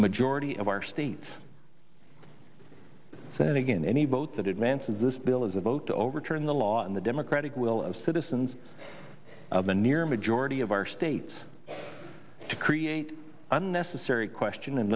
majority of our states then again any boat that advances this bill is a vote to overturn the law in the democratic will of citizens of a near majority of our states to create unnecessary question and